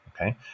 okay